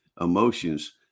emotions